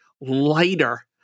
lighter